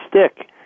stick